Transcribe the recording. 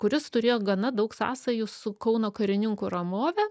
kuris turėjo gana daug sąsajų su kauno karininkų ramove